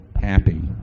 happy